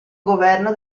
governo